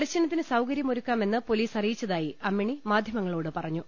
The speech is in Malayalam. ദർശനത്തിന് സൌക ര്യമൊരുക്കാമെന്ന് പൊലീസ് അറിയിച്ചതായി അമ്മിണി മാധ്യമങ്ങളോട് പറഞ്ഞു